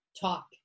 talk